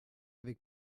avec